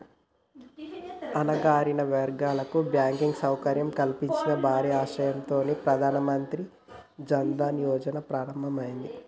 అణగారిన వర్గాలకు బ్యాంకింగ్ సౌకర్యం కల్పించాలన్న భారీ ఆశయంతో ప్రధాన మంత్రి జన్ ధన్ యోజన ప్రారంభమైనాది